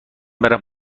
برم